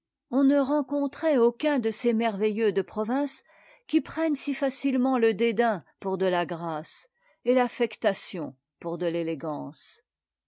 on ne rencontrait aucun de ces merveilleux de province qui prennent si facilement le dédain pour de la grâce et de l'affectation pour de l'élégance